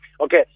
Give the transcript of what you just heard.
Okay